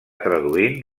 traduint